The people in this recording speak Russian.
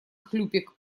хлюпик